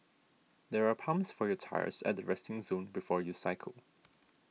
there are pumps for your tyres at the resting zone before you cycle